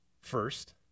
first